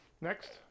Next